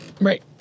Right